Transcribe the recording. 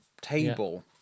table